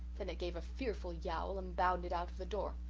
then it gave a fearful yowl, and bounded out of the door.